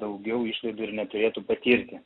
daugiau išlaidų ir neturėtų patirti